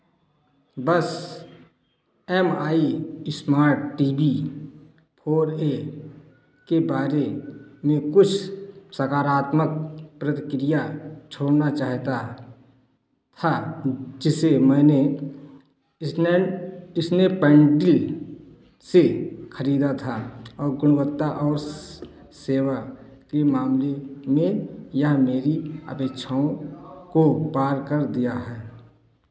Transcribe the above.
बस M I smart TV four A के बारे में कुछ सकारात्मक प्रतिक्रिया छोड़ना चाहता था जिसे मैंने स्नैपडील से खरीदा था और गुणवत्ता और सेवा के मामले में यह मेरी अपेक्षाओं को पार कर दिया है